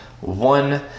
one